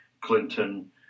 Clinton